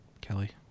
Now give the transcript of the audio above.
Kelly